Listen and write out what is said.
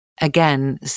again